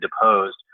deposed